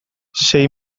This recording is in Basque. sei